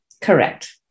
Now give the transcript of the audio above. correct